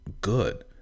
good